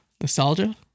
Nostalgia